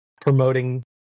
promoting